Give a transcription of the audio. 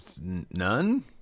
None